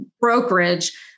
brokerage